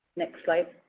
next slide.